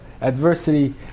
adversity